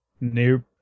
Nope